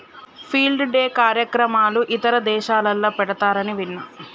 field day కార్యక్రమాలు ఇతర దేశాలల్ల పెడతారని విన్న